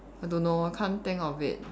I don't know I can't think of it